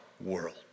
world